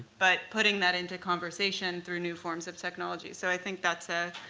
but putting that into conversation through new forms of technology. so i think that